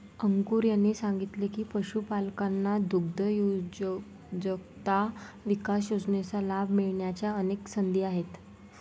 अंकुर यांनी सांगितले की, पशुपालकांना दुग्धउद्योजकता विकास योजनेचा लाभ मिळण्याच्या अनेक संधी आहेत